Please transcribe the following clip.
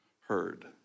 heard